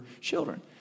children